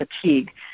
fatigue